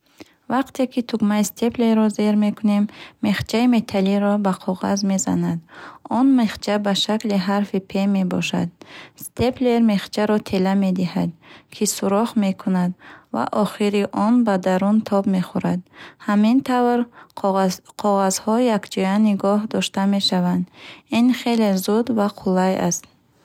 Вақте ки тугмаи степлерро зер мекунем, мехчаи металлиро ба коғаз мезанад. Он мехча ба шакли харфи пе мебошад. Степлер мехчаро тела медиҳад, ки сӯрох мекунад ва охири он ба дарун тоб мехӯрад. Ҳамин тавр, қоғаз коғазҳо якҷоя нигоҳ дошта мешаванд. Ин хеле зуд ва қулай аст.